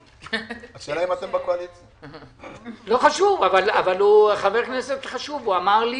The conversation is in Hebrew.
הוא חבר כנסת חשוב, הוא אמר לי